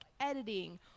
editing